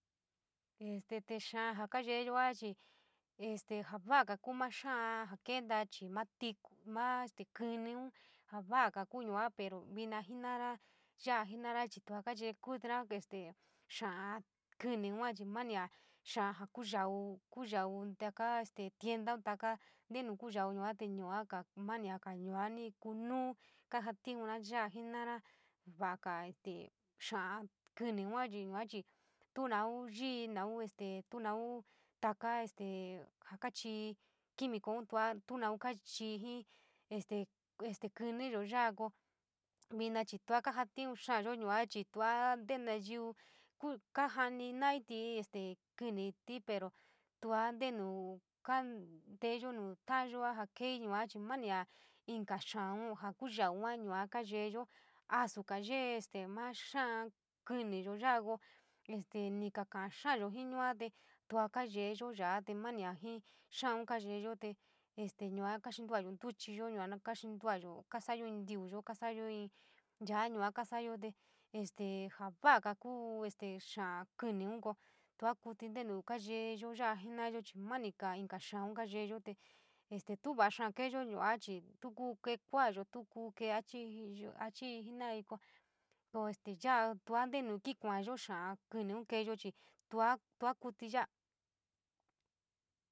Este xáá jaa kayeeyachii este ja va’aja kuu maa xa’a jaa kenta chii maa tiku maa kíníun jaa va’aga kuu yua pero, vina jenara yaa jenara chii tua kayee kuitina este xa’a kíní yua mania xa’a jaa kuyau, kuyau taka tiendaun taka ntenu kuu yaau yua ka mania yua ni kunuu kajatiura ya’a jenara va’aga este xa’a kíní yua chii, yua chii, tuu naun yí’í naun este, tuu naun toka jaa kachii quimicoun tua tu naun kachii jii este, este kíníyo ya’a koo vino chii tua kajatiun xa’ayo yua chii tua ntee nayiu ku kajani naiii kíníiití pero tua ntenu kanteyo nu taayo, jaa keeii mani inka xa’aun ja ku yaun yua kayeeyo asuga yee maa xa’a kíníyo yaa ko este ni ka kaaxaayo suaa te tua kayeyo ya’a mania jii xa’aun kaayeeyo, este yua kastuayo ntuchiyo yua na skanlu’uayo ntuchiyo, yua skantu’ayo, kasa’ayo te este jaa va’a kuu este xa’a kínín ko tuakuítí nteny kayeeyo ya’a jenayo mani ka inka xa’aun kayeeyo te este tuu vo’a xaa keeyo yua chii tu kuu kee kua’ayo kuu kee a chii, achiii jenaii ko ya’a tua ntenu kuaayo xaa kíníun chii tua, tua kuítí yaa.